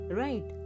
right